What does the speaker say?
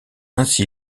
ainsi